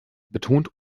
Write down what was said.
betont